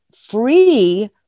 free